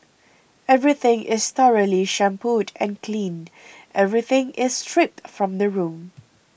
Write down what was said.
everything is thoroughly shampooed and cleaned everything is stripped from the room